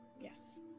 Yes